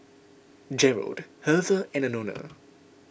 Gerald Hertha and Anona